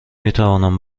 میتوانم